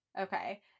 Okay